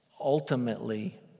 ultimately